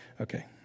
Okay